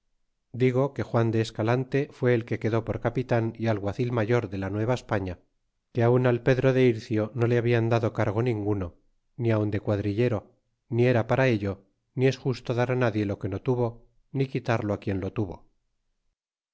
digo que juan de escalante fuó el que quedó por capitan y alguacil mayor de la nueva españa que aun al pedro de ircio no le hablan dado cargo ninguno ni aun de quadrillero ni era para ello ni es justo dar nadie lo que no tuvo ni quitarlo quien lo tuvo